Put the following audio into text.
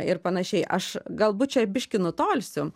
ir panašiai aš galbūt čia biškį nutolsiu